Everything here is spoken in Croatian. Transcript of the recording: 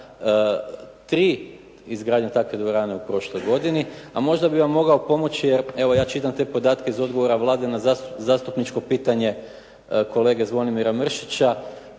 tri izgradnje takve dvorane u prošloj godini. A možda bih vam mogao pomoći jer evo ja čitam te podatke iz odgovora Vlade na zastupničko pitanje kolege Zvonimira Mršića,